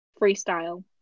Freestyle